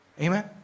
Amen